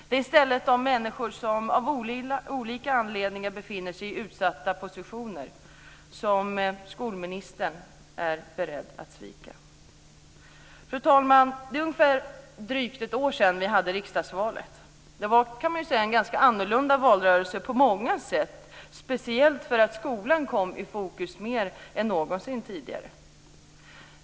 Det är i stället de människor som av olika anledningar befinner sig i utsatta positioner som skolministern är beredd att svika. Fru talman! Det är drygt ett år sedan riksdagsvalet. Det var en ganska annorlunda valrörelse på många sätt, speciellt för att skolan kom i fokus mer än någonsin tidigare.